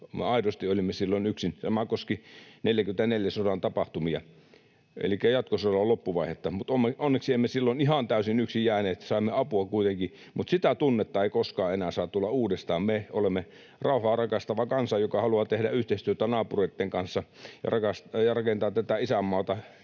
Me aidosti olimme silloin yksin. Sama koski sodan tapahtumia 44 elikkä jatkosodan loppuvaihetta, mutta onneksi emme silloin ihan täysin yksin jääneet, saimme apua kuitenkin. Mutta sitä tunnetta ei koskaan enää saa tulla uudestaan. Me olemme rauhaa rakastava kansa, joka haluaa tehdä yhteistyötä naapureitten kanssa ja rakentaa tätä isänmaata